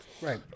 Right